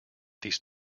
these